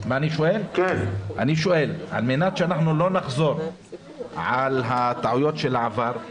על מנת שלא נחזור על הטעויות של העבר,